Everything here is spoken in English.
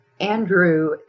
Andrew